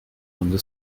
runde